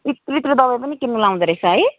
यित्रु यित्रु दबाई पनि किन्नु लगाउँदोरहेछ है